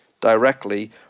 directly